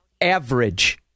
Average